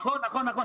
נכון, נכון, נכון.